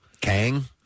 Kang